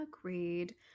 Agreed